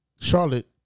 Charlotte